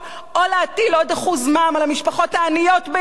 או להטיל עוד 1% מע"מ על המשפחות העניות ביותר?